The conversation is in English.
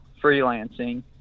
freelancing